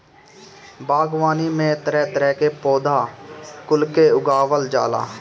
बागवानी में तरह तरह के पौधा कुल के उगावल जाला